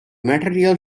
material